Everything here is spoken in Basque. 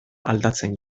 aldatzen